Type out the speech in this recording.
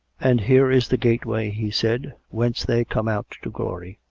and here is the gateway, he said, whence they come out to glory.